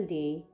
day